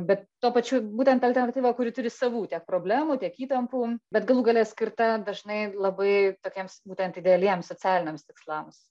bet tuo pačiu būtent alternatyva kuri turi savų tiek problemų tiek įtampų bet galų gale skirta dažnai labai tokiems būtent idealiems socialiniams tikslams